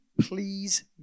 please